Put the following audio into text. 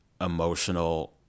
emotional